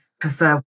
prefer